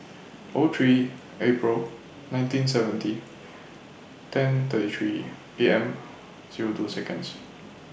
O three April nineteen seventy ten thirty three A M Zero two Seconds